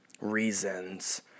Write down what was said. reasons